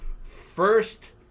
First